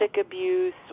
abuse